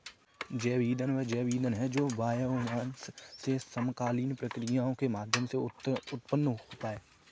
जैव ईंधन वह ईंधन है जो बायोमास से समकालीन प्रक्रियाओं के माध्यम से उत्पन्न होता है